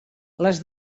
les